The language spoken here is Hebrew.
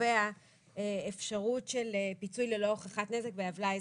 התביעה לפי הוראות